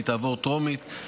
היא תעבור טרומית,